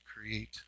create